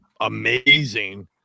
amazing